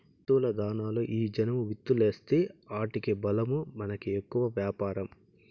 పశుల దాణాలలో ఈ జనుము విత్తూలేస్తీ ఆటికి బలమూ మనకి ఎక్కువ వ్యాపారం